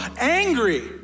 angry